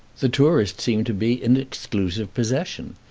the tourist seemed to be in exclusive possession.